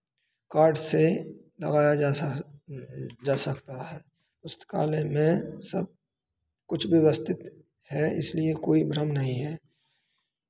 card से दबाया जा जा सकता है पुस्तकालय में सब कुछ व्यवस्थित है इसलिए कोई भ्रम नहीं है